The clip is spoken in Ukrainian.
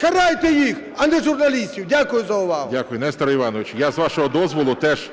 Карайте їх, а не журналістів! Дякую за увагу. ГОЛОВУЮЧИЙ. Дякую. Нестор Іванович, я з вашого дозволу теж